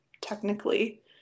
technically